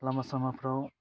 लामा सामाफ्राव